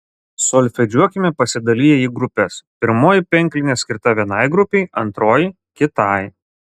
solfedžiuokime pasidaliję į grupes pirmoji penklinė skirta vienai grupei antroji kitai